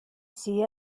see